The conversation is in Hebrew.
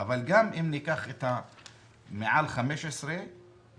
אבל גם אם ניקח מעל 15 שנה,